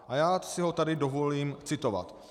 A já si ho tady dovolím citovat.